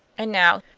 and now,